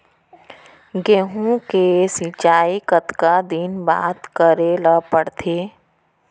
गेहूँ के सिंचाई कतका दिन बाद करे ला पड़थे?